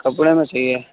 کپڑے میں چاہیے